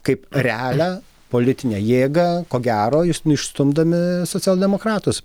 kaip realią politinę jėgą ko gero išstumdami socialdemokratus